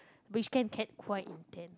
which can get quite intense